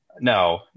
No